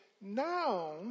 now